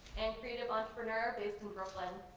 and creative entrepreneur based in brooklyn.